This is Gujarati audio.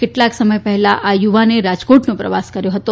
કેટલાંક સમય પહેલાં આ યુવાને રાજકોટનો પ્રવાસ કર્યો હતો